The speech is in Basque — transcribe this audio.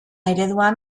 ereduan